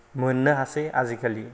मोननो हासै आजिखालि